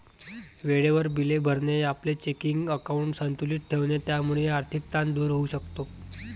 वेळेवर बिले भरणे, आपले चेकिंग अकाउंट संतुलित ठेवणे यामुळे आर्थिक ताण दूर होऊ शकतो